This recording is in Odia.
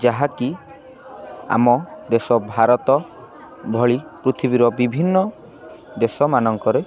ଯାହାକି ଆମ ଦେଶ ଭାରତ ଭଳି ପୃଥିବୀର ବିଭିନ୍ନ ଦେଶମାନଙ୍କରେ